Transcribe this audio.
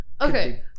Okay